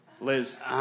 Liz